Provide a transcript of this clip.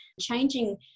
Changing